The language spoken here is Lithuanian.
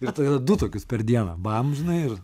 ir tada du tokius per dieną bam žinai ir